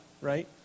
right